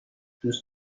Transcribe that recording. دوست